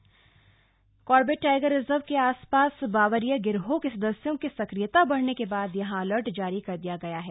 Corbett park alert Corbett tiger reserve के आसपास बावरिया गिरोह के सदस्यों की सक्रियता बढ़ने के बाद यहां अलर्ट जारी किया गया है